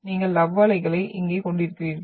நீங்கள் லவ் அலைகளைக் இங்கே கொண்டிருக்கிறீர்கள்